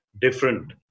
different